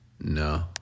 No